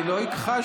אני לא הכחשתי.